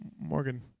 Morgan